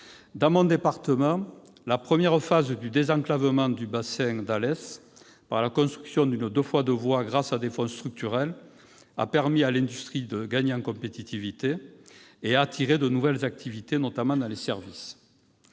cas similaires : la première phase du désenclavement du bassin d'Alès, par la construction d'une 2x2 voies grâce à des fonds structurels, a permis à l'industrie de gagner en compétitivité et a attiré de nouvelles activités, notamment dans les services.